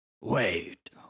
Wait